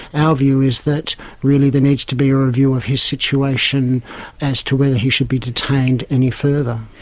our view is that really there needs to be a review of his situation as to whether he should be detained any further.